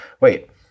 wait